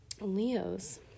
Leos